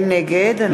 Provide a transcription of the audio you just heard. נגד.